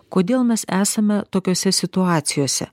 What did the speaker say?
kodėl mes esame tokiose situacijose